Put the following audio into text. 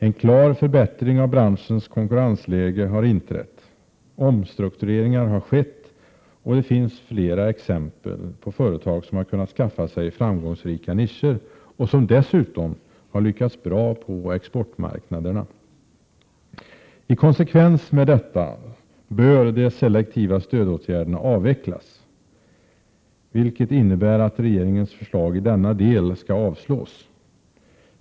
En klar förbättring av branschens konkurrensläge har inträtt. Omstruktureringar har skett, och det finns flera exempel på företag som har kunnat skaffa sig framgångsrika nischer och som dessutom har lyckats bra på exportmarknaderna. I konsekvens med detta bör de selektiva stödåtgärderna avvecklas, vilket innebär att regeringens förslag i denna del bör avslås.